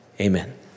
amen